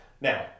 Now